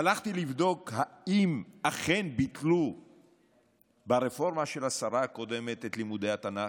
הלכתי לבדוק אם אכן ביטלו ברפורמה של השרה הקודמת את לימודי התנ"ך.